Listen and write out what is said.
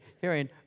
hearing